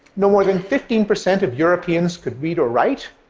no more than fifteen percent of europeans could read or write.